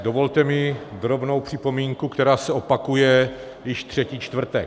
Dovolte mi ale drobnou připomínku, která se opakuje již třetí čtvrtek.